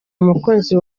umukunzi